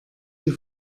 sie